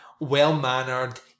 well-mannered